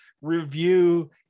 review